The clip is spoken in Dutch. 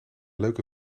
leuke